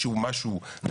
בעיה, הבנו.